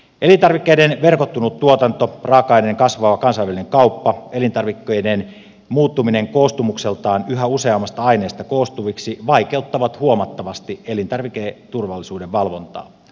elintarvikkeiden verkottunut tuotanto raaka aineiden kasvava kansainvälinen kauppa elintarvikkeiden muuttuminen koostumukseltaan yhä useammasta aineesta koostuviksi vaikeuttavat huomattavasti elintarviketurvallisuuden valvontaa